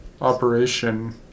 Operation